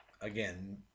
again